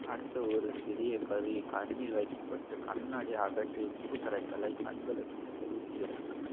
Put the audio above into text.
அடுத்து ஒரு சிறிய கருவி கண்ணில் வைக்கப்பட்டு கண்ணாடியை அகற்றி உப்பு கரைசலை கண்களுக்குள் செலுத்துகிறது